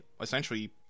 essentially